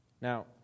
Now